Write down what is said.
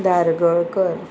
Dhargalkar